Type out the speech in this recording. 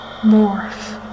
morph